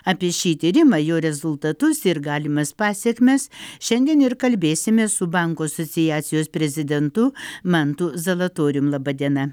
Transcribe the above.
apie šį tyrimą jo rezultatus ir galimas pasekmes šiandien ir kalbėsimės su bankų asociacijos prezidentu mantu zalatorium laba diena